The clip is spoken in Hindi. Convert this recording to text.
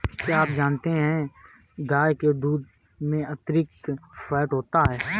क्या आप जानते है गाय के दूध में अतिरिक्त फैट होता है